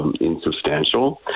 insubstantial